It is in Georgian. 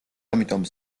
ამიტომ